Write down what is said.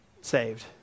saved